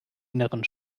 inneren